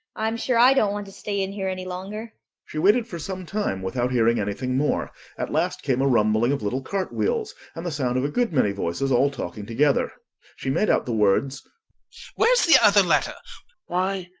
i'm sure i don't want to stay in here any longer she waited for some time without hearing anything more at last came a rumbling of little cartwheels, and the sound of a good many voices all talking together she made out the words where's the other ladder why,